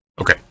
Okay